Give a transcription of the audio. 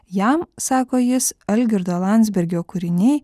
jam sako jis algirdo landsbergio kūriniai